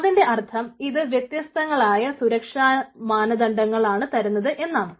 അതിൻറെ അർത്ഥം ഇത് വ്യത്യസ്തങ്ങളായ സുരക്ഷാമാനദണ്ഡങ്ങളാണ് തരുന്നത് എന്നാണ്